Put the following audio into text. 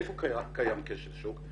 איפה קיים כשל שוק?